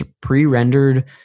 pre-rendered